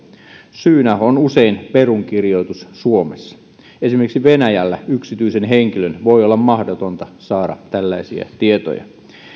syynä on usein perunkirjoitus suomessa esimerkiksi venäjällä yksityisen henkilön voi olla mahdotonta saada tällaisia tietoja